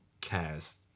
cast